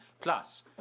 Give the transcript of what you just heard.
Plus